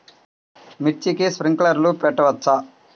మిర్చికి స్ప్రింక్లర్లు పెట్టవచ్చా?